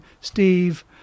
Steve